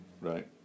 right